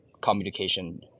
communication